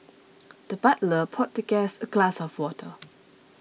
the butler poured the guest a glass of water